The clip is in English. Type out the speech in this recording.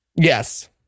Yes